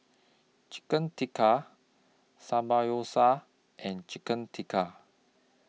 Chicken Tikka and Chicken Tikka